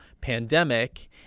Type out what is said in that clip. pandemic